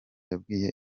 yabwiye